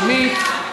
שמית.